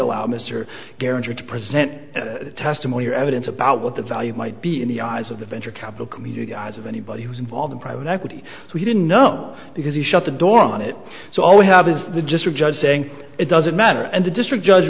to present testimony or evidence about what the value might be in the eyes of the venture capital community eyes of anybody who was involved in private equity so he didn't know because he shut the door on it so all we have is the district judge saying it doesn't matter and the district judge